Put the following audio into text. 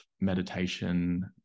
meditation